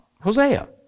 Hosea